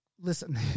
listen